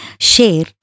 share